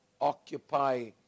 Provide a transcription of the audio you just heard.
occupy